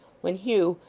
when hugh,